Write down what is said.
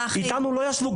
איתנו לא ישבו.